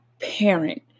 parent